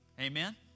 Amen